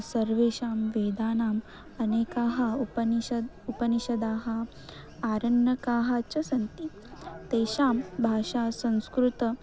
सर्वेषां वेदानाम् अनेकाः उपनिषद् उपनिषदः आरण्यकाः च सन्ति तेषां भाषा संस्कृतं